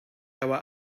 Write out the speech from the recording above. our